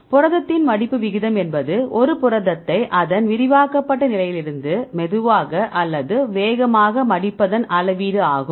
புரதத்தின் மடிப்பு விகிதம் என்பது ஒரு புரதத்தை அதன் விரிவாக்கப்பட்ட நிலையிலிருந்து மெதுவாக அல்லது வேகமாக மடிப்பதன் அளவீடு ஆகும்